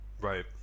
Right